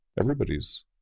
everybody's